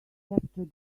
capture